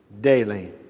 Daily